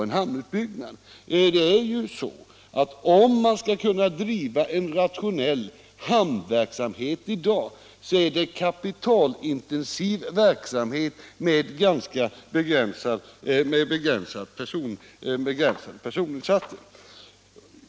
En rationell hamnverksamhet är i dag kapitalintensiv och kräver ganska begränsade personinsatser.